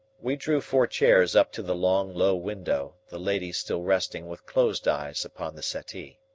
we drew four chairs up to the long, low window, the lady still resting with closed eyes upon the settee.